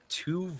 two